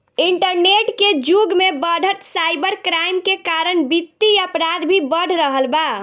internet के जुग में बढ़त साइबर क्राइम के कारण वित्तीय अपराध भी बढ़ रहल बा